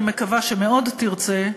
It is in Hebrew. אני מקווה שמאוד תרצה,